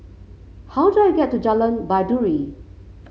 how do I get to Jalan Baiduri